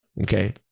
Okay